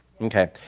Okay